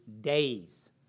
days